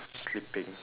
sleeping